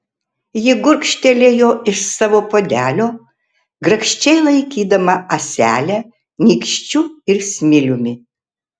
ji gurkštelėjo iš savo puodelio grakščiai laikydama ąselę nykščiu ir smiliumi